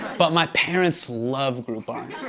but my parents love groupon.